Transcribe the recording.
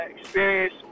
experience